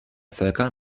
völker